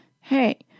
hey